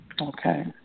Okay